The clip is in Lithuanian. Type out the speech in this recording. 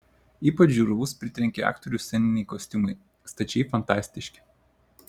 ypač žiūrovus pritrenkė aktorių sceniniai kostiumai stačiai fantastiški